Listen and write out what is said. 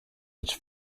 which